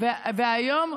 והיום,